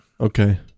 Okay